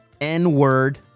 N-word